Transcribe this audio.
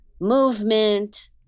movement